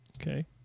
okay